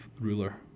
ruler